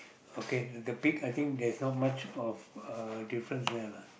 okay the pig I think there's not much of a difference they lah